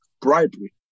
bribery